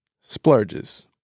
splurges